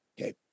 Okay